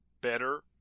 better